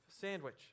Sandwich